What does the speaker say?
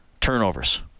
turnovers